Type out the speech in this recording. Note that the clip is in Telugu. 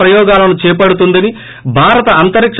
ప్రయోగాలను చేపడుతుందని భారత అంతరిక